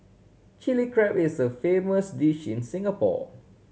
Chilli Crab is a famous dish in Singapore